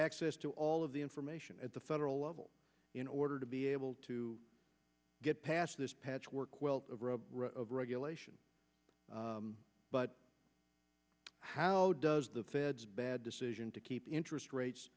access to all of the information at the federal level in order to be able to get past this patchwork of regulation but how does the fed's bad decision to keep interest rates